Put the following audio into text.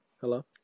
Hello